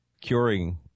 curing